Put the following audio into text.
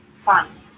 fun